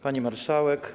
Pani Marszałek!